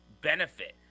benefit